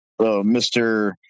Mr